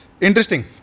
Interesting